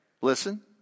listen